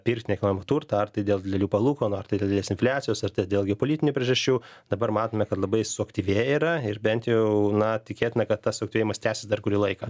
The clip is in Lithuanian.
pirkti nekilnojamą turtą ar tai dėl didelių palūkanų ar tai dėl didelės infliacijos ar dėl geopolitinių priežasčių dabar matome kad labai suaktyvėję yra ir bent jau na tikėtina kad tas suaktyvėjimas tęsis dar kurį laiką